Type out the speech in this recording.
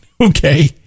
okay